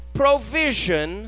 provision